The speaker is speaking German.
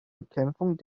bekämpfung